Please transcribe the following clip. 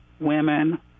women